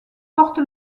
porte